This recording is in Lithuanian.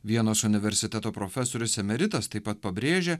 vienos universiteto profesorius emeritas taip pat pabrėžia